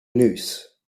neus